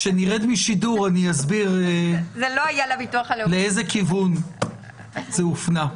כשנרד משידור, אני אסביר לאיזה כיוון זה הופנה.